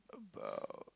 about